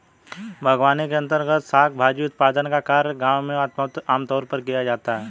बागवानी के अंर्तगत शाक भाजी उत्पादन का कार्य गांव में आमतौर पर किया जाता है